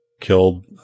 killed